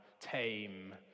tame